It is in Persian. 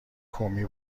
کومی